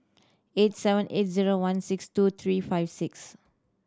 eight seven eight zero one six two three five six